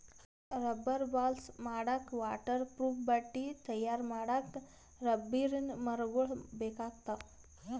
rubber balls ಮಾಡಕ್ಕಾ waterproof ಬಟ್ಟಿ ತಯಾರ್ ಮಾಡಕ್ಕ್ ರಬ್ಬರಿನ್ ಮರಗೊಳ್ ಬೇಕಾಗ್ತಾವ